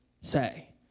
say